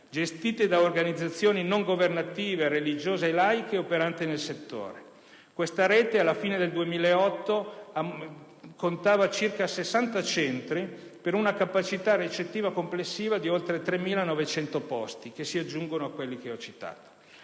gestite da organizzazioni non governative, religiose e laiche, operanti nel settore. Questa rete, alla fine del 2008, contava circa 60 centri, per una capacità ricettiva complessiva di oltre 3.900 posti, che vanno ad aggiungersi a quelli che ho citato.